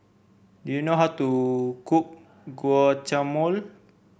do you know how to cook Guacamole